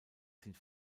sind